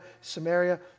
Samaria